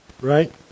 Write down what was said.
right